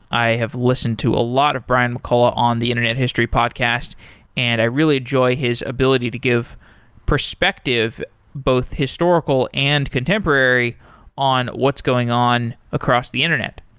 i have listened to a lot of brian mccullough on the internet history podcast and i really enjoy his ability to give perspective both historical and contemporary on what's going on across the internet.